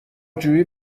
جویی